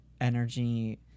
energy